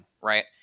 right